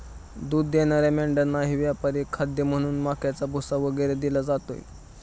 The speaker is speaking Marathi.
दूध देणाऱ्या मेंढ्यांनाही व्यापारी खाद्य म्हणून मक्याचा भुसा वगैरे दिले जाते